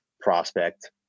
prospect